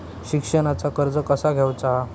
शिक्षणाचा कर्ज कसा घेऊचा हा?